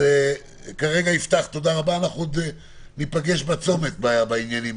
יפתח, כרגע תודה רבה ועוד ניפגש בצומת בעניינים